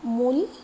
মূল